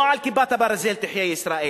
לא על "כיפת הברזל" תחיה ישראל